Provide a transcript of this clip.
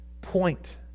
point